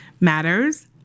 matters